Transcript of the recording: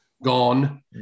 gone